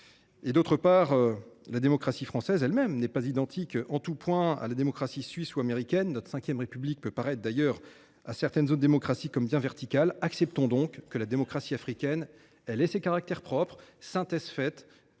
Par ailleurs, la démocratie française elle même n’est pas identique en tout point à la démocratie suisse ou américaine. La V République peut d’ailleurs apparaître à certaines autres démocraties comme bien verticale. Acceptons donc que la démocratie africaine ait ses caractères propres, synthèse faite